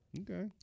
Okay